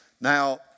Now